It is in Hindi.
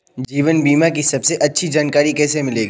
जीवन बीमा की सबसे अच्छी जानकारी कैसे मिलेगी?